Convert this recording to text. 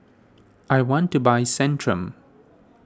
I want to buy Centrum